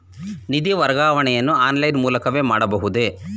ನಿಧಿ ವರ್ಗಾವಣೆಯನ್ನು ಆನ್ಲೈನ್ ಮೂಲಕವೇ ಮಾಡಬಹುದೇ?